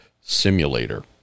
Simulator